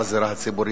בזירה הציבורית,